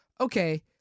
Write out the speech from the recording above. Okay